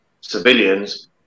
civilians